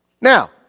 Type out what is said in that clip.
Now